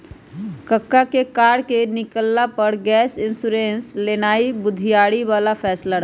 कक्का के कार के किनला पर गैप इंश्योरेंस लेनाइ बुधियारी बला फैसला रहइ